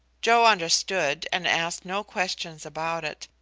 joe understood and asked no questions about it,